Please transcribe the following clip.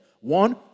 One